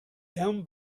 down